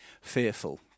fearful